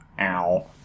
Ow